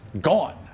gone